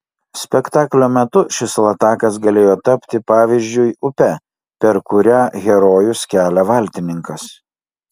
spektaklio metu šis latakas galėjo tapti pavyzdžiui upe per kurią herojus kelia valtininkas